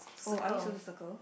oh are we supposed to circle